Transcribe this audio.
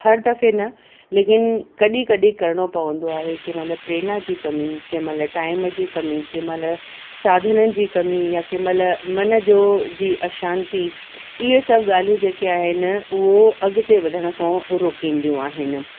हर दफ़े न लेकिन कॾहिं कॾहिं करिणो पवंदो आहे केमहिल प्रेरणा जी कमी केमहिल टाइम जी कमी केमहिल साधननि जी कमी या केमहिल मन जो जी अशांति इहे सभु ॻाल्हियूं जेके आहिनि उहो अॻिते वधण खां रोकंदियूं आहिनि